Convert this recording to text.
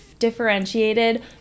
differentiated